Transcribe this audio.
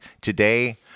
today